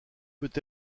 peut